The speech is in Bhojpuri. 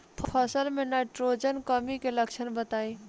फसल में नाइट्रोजन कमी के लक्षण बताइ?